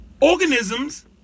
organisms